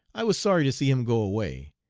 i was sorry to see him go away,